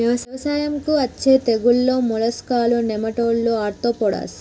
వ్యవసాయంకు అచ్చే తెగుల్లు మోలస్కులు, నెమటోడ్లు, ఆర్తోపోడ్స్